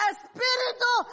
Espíritu